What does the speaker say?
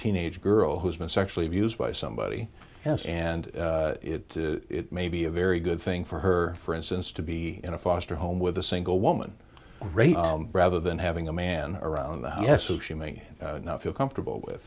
teenage girl who's been sexually abused by somebody else and it may be a very good thing for her for instance to be in a foster home with a single woman rather than having a man around the house yes who she may not feel comfortable with